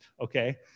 Okay